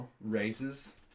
raises